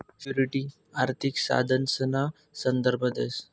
security आर्थिक साधनसना संदर्भ देस